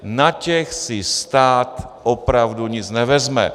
Na těch si stát opravdu nic nevezme.